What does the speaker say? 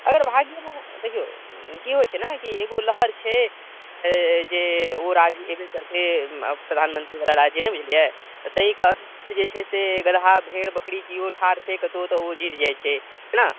अगर भाग्यमे देखिऔ की होइत छै ने कि एगो लहर छै जे ओ राज्य एबे करतै प्रधानमंत्री बला राज्य नहि बुझलियै तऽ ताहि कारण जे छै से गदहा भेड़ बकरी केओ ठाढ़ छै कतहुँ तऽ ओ जीत जाइत छै हय ने